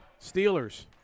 Steelers